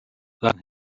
than